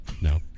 No